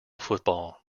football